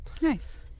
Nice